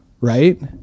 right